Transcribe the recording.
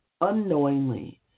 Unknowingly